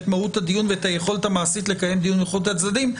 את מהות הדיון ואת היכולת המעשית לקיים דיון בנוכחות הצדדים.